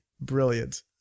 Brilliant